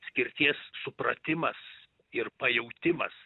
skirties supratimas ir pajautimas